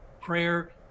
prayer